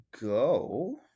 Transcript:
go